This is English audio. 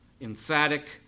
emphatic